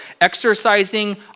exercising